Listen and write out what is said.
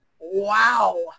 Wow